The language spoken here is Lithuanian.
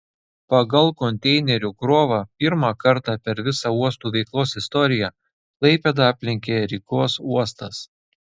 pagal konteinerių krovą pirmą kartą per visa uostų veiklos istoriją klaipėdą aplenkė rygos uostas